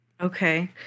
Okay